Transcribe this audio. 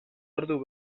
ordu